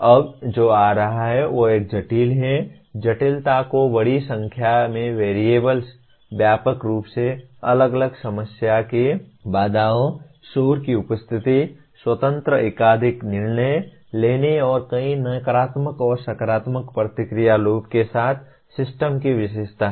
अब जो आ रहा है वह एक जटिल है जटिलता को बड़ी संख्या में वेरिएबल्स व्यापक रूप से अलग अलग समय की बाधाओं शोर की उपस्थिति स्वतंत्र एकाधिक निर्णय लेने और कई नकारात्मक और सकारात्मक प्रतिक्रिया लूप के साथ सिस्टम की विशेषता है